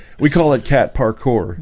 we call it cat parkour